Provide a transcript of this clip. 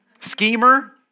Schemer